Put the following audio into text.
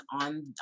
on